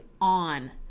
on